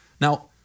Now